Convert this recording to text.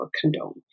condone